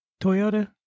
Toyota